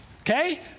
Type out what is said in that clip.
okay